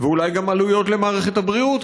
ואולי גם עלויות למערכת הבריאות,